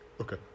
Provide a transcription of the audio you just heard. Okay